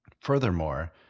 Furthermore